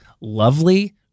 lovely